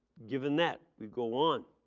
given that we go on,